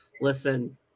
listen